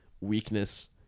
weakness